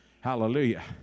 Hallelujah